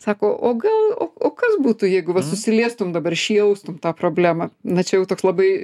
sako o gal o o kas būtų jeigu va susiliestum dabar šį jaustum tą problemą na čia jau toks labai